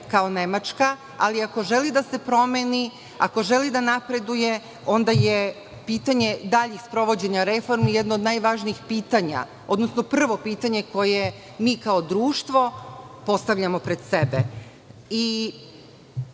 kao Nemačka, ali ako želi da se promeni, ako želi da napreduje, onda je pitanje daljih sprovođenja reformi jedno od najvažnijih pitanja, odnosno prvo pitanje koje mi kao društvo postavljamo pred